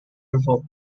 revolt